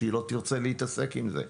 כשהיא לא תרצה להתעסק עם זה.